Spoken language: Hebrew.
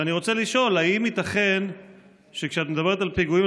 ואני רוצה לשאול: האם ייתכן שכשאת מדברת על פיגועים,